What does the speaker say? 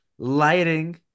lighting